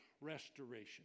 restoration